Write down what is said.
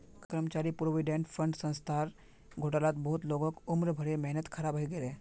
कर्मचारी provident fund संस्थार घोटालात बहुत लोगक उम्र भरेर मेहनत ख़राब हइ गेले